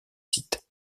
sites